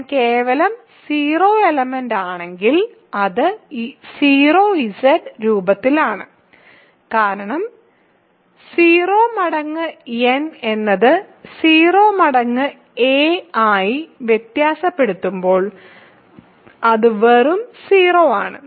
ഞാൻ കേവലം 0 എലമെന്റ് ആണെങ്കിൽ അത് 0Z രൂപത്തിലാണ് കാരണം 0 മടങ്ങ് n എന്നത് 0 മടങ്ങ് a ആയി വ്യത്യാസപ്പെടുമ്പോൾ അത് വെറും 0 ആണ്